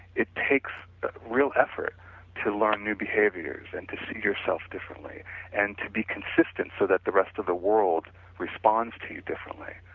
it takes real effort to learn new behaviors and to see yourself differently and to be consistent, so that the rest of the world responds to you differently.